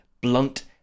blunt